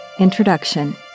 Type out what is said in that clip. Introduction